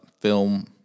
film